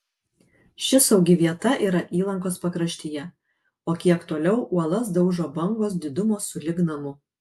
ši saugi vieta yra įlankos pakraštyje o kiek toliau uolas daužo bangos didumo sulig namu